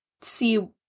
see